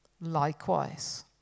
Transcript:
likewise